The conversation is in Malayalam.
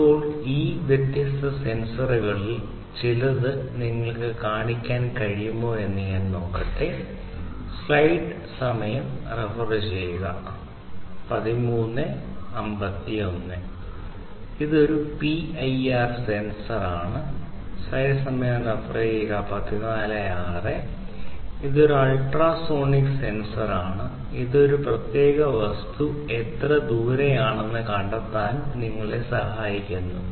ഇത് ഒരു അൾട്രാസോണിക് സെൻസറാണ് ഇത് ഒരു പ്രത്യേക വസ്തു എത്ര ദൂരെയാണെന്ന് കണ്ടെത്താൻ നിങ്ങളെ സഹായിക്കുന്നു